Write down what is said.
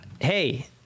Hey